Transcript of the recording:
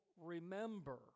remember